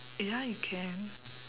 ya you can